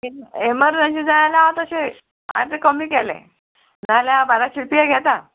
emergency जाय जाल्यार हांव तशें हांयें तें कमी केलें जाल्यार हांव बाराशें रुपया घेतां